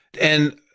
and-